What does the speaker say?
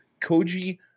Koji